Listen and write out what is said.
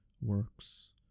works